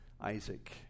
Isaac